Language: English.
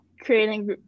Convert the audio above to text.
Creating